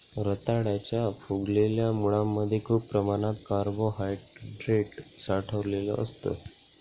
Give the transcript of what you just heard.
रताळ्याच्या फुगलेल्या मुळांमध्ये खूप प्रमाणात कार्बोहायड्रेट साठलेलं असतं